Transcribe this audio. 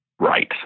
right